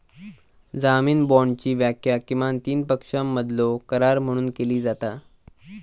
जामीन बाँडची व्याख्या किमान तीन पक्षांमधलो करार म्हणून केली जाता